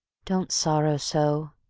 don't sorrow so.